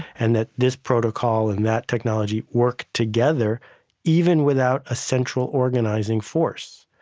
and that this protocol and that technology work together even without a central organizing force.